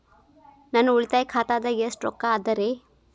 ನನ್ನ ಉಳಿತಾಯ ಖಾತಾದಾಗ ಎಷ್ಟ ರೊಕ್ಕ ಅದ ರೇ?